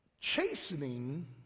chastening